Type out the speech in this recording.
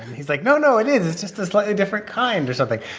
he's like, no, no, it is. it's just a slightly different kind or something.